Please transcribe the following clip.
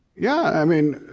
yeah, i mean,